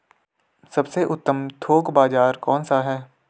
सबसे उत्तम थोक बाज़ार कौन सा है?